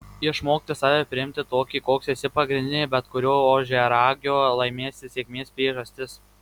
išmokti save priimti tokį koks esi pagrindinė bet kurio ožiaragio laimės ir sėkmės priežastis